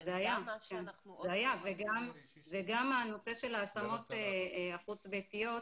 אבל זה מה שאנחנו --- זה היה וגם הנושא של ההשמות החוץ ביתיות,